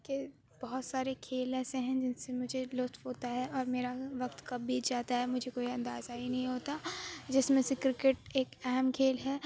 کہ بہت سارے کھیل ایسے ہیں جن سے مجھے لطف ہوتا ہے اور میرا وقت کب بیت جاتا ہے مجھے کوئی اندازہ ہی نہیں ہوتا جس میں سے کرکٹ ایک اہم کھیل ہے